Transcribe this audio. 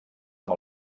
amb